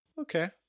Okay